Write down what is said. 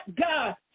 God